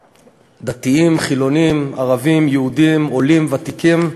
דתיים, חילונים, ערבים, יהודים, עולים, ותיקים,